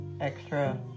extra